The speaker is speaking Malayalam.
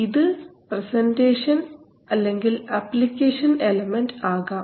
ഇത് പ്രെസൻറ്റേഷൻ അല്ലെങ്കിൽ അപ്ലിക്കേഷൻ എലമെൻറ് ആകാം